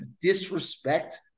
disrespect